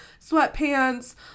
sweatpants